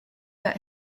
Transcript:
that